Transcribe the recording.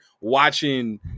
watching